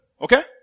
okay